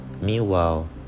meanwhile